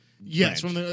yes